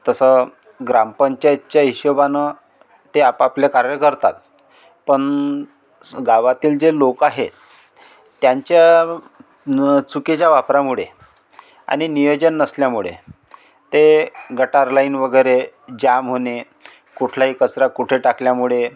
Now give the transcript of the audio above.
तसं ग्रामपंचायतच्या हिशोबानं ते आपापलं कार्य करतात पण स गावातील जे लोक आहेत त्यांच्या न चुकीच्या वापरामुळे आणि नियोजन नसल्यामुळे ते गटार लाईन वगैरे जाम होणे कुठलाही कचरा कुठे टाकल्यामुळे